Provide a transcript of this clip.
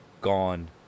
gone